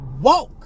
woke